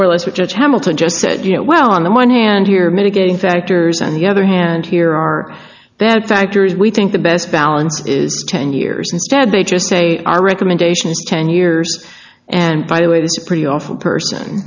more or less which hamilton just said you know well on the one hand here mitigating factors on the other hand here that factors we think the best balance is ten years instead they just say our recommendation is ten years and by the way it's pretty awful person